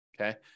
Okay